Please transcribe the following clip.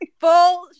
full